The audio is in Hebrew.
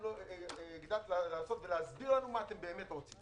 לא הגדלת להסביר לנו מה אתם באמת רוצים.